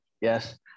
yes